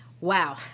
Wow